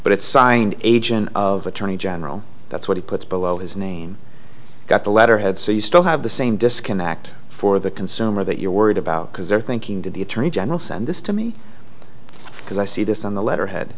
but it's signed agent of attorney general that's what he puts below his name got the letterhead so you still have the same disconnect for the consumer that you're worried about because they're thinking to the attorney general send this to me because i see this on the letterhead